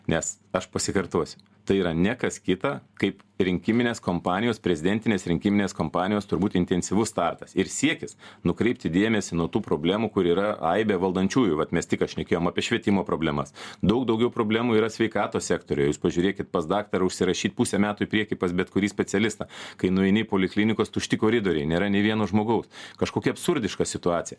nes aš pasikartosiu tai yra ne kas kita kaip rinkiminės kompanijos prezidentinės rinkiminės kompanijos turi būti intensyvus startas ir siekis nukreipti dėmesį nuo tų problemų kur yra aibė valdančiųjų vat mes tik ką šnekėjom apie švietimo problemas daug daugiau problemų yra sveikatos sektoriuje jūs pažiūrėkit pas daktarą užsirašyt pusę metų į priekį pas bet kurį specialistą kai nueini poliklinikos tušti koridoriai nėra nei vieno žmogaus kažkokia absurdiška situacija